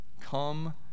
Come